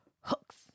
hooks